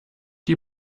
die